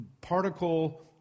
particle